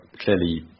clearly